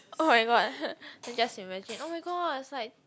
oh my god just imagine oh my god it's like